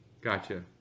Gotcha